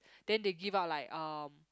then they give out like um